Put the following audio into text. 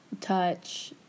touch